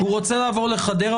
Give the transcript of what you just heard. הוא רוצה לעבור לחדרה,